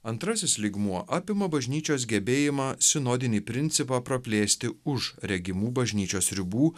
antrasis lygmuo apima bažnyčios gebėjimą sinodinį principą praplėsti už regimų bažnyčios ribų